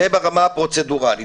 זה ברמה הפרוצדורלית.